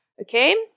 Okay